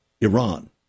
Iran